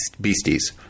beasties